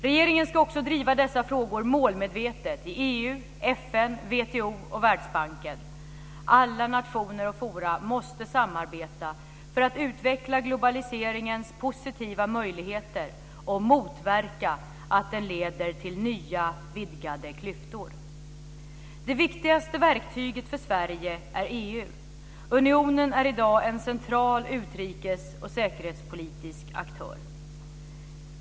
Regeringen ska också driva dessa frågor målmedvetet i EU, FN, WTO och Världsbanken. Alla nationer och forum måste samarbeta för att utveckla globaliseringens positiva möjligheter och motverka att den leder till nya vidgade klyftor. Det viktigaste verktyget för Sverige är EU. Unionen är i dag en central utrikes och säkerhetspolitisk aktör.